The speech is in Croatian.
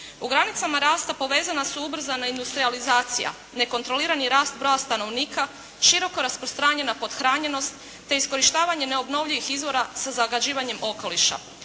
U "Granicama rasta" povezana su ubrzana industralizacija, nekontrolirani rast broja stanovnika, široko rasprostranjena pothranjenost, te iskorištavanje neobnovljivih izvora sa zagađivanjem okoliša.